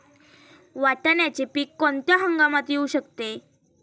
वाटाण्याचे पीक कोणत्या हंगामात येऊ शकते?